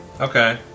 Okay